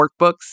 workbooks